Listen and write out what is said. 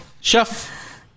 Chef